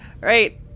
right